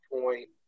point